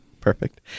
Perfect